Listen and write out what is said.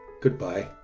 Goodbye